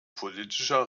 politischer